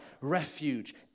refuge